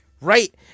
Right